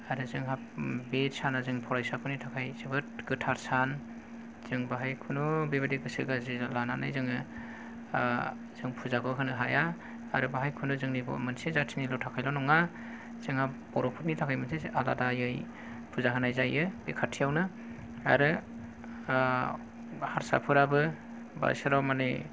आरो जोंहा बे साना जों फरायसाफोरनि थाखाय जोबोर गोथार सान जों बाहाय खुनु बेबादि गोसो गाज्रि लानायनै जोङो ओ जों फुजाखौ होनो हाया आरो बाहाय खुनु जोंनि मोनसे जाथिनिल' थाखायल' नङा जोंहा बर' फोरनि थाखाय मोनसे आलादायै फुजा होनाय जायो बे खाथियाव नो आरो ओ हारसाफोराबो बोसोराव माने